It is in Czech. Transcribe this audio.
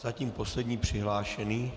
Zatím poslední přihlášený.